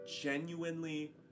genuinely